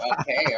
Okay